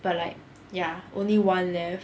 but like ya only one left